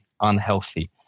unhealthy